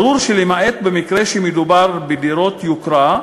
ברור שלמעט במקרה שמדובר בדירות יוקרה,